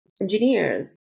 engineers